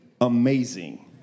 amazing